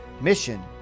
Mission